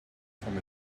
from